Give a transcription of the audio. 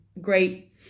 great